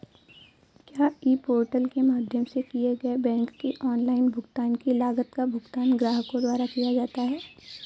क्या e portal के माध्यम से किए गए बैंक के ऑनलाइन भुगतान की लागत का भुगतान ग्राहकों द्वारा किया जाता है?